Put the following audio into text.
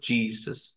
Jesus